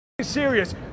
serious